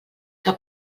que